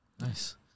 nice